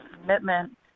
commitment